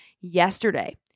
yesterday